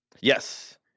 Yes